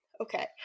Okay